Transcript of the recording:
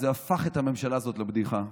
זה הפך את הממשלה זאת לבדיחה.